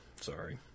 Sorry